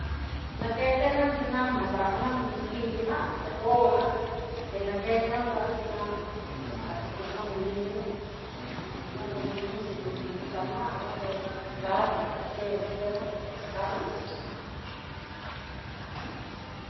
Naketena na ni nama nrá ni xhidi ná nrakóna te nakena nranri nama ate kena molino kena molino nri nistamal naté tatijan xhina, enaditati kadani.